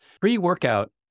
pre-workout